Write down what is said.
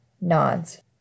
Nods